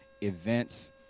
events